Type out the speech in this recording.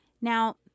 Now